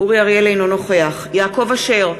אינו נוכח יעקב אשר,